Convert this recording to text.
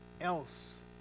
else